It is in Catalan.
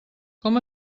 com